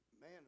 man